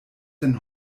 denn